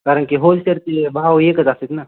कारण की होलसेलचे भाव एकच असतात ना